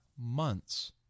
months